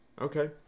Okay